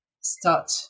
start